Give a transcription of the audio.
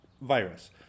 Virus